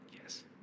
Yes